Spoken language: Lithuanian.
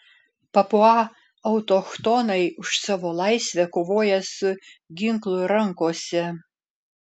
papua autochtonai už savo laisvę kovoja su ginklu rankose